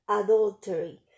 adultery